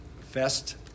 fest